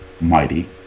mighty